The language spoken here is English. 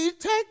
Take